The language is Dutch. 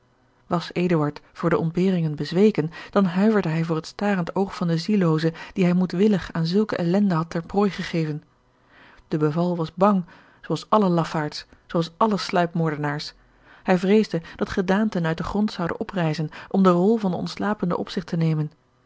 eduard voor de ontberingen bezweken dan huiverde hij voor het starend oog van den ziellooze dien hij moedwillig aan zulke ellende had ter prooi gegeven de beval was bang zoo als alle lafaards zoo als alle sluipmoordenaars hij vreesde dat gedaanten uit den grond zouden oprijzen om de rol van den ontslapene op zich te nemen